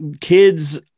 kids